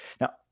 Now